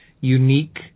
unique